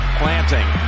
planting